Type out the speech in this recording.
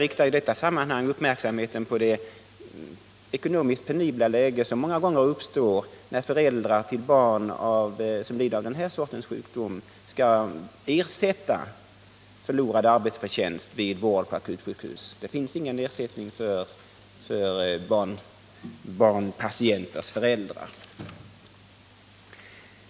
I detta sammanhang vill jag också peka på det ekonomiskt penibla läge som många gånger uppstår, när föräldrar till barn som lider av den här sortens sjukdom skall ersättas för förlorad arbetsförtjänst i samband med att barnen vårdas på akutsjukhus — det finns ingen sådan ersättning för barnpatienters föräldrar.